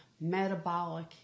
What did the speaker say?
metabolic